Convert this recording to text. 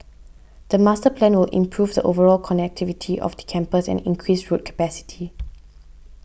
the master plan will improve the overall connectivity of the campus and increase road capacity